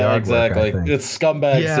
and exactly. it's scumbag